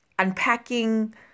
Unpacking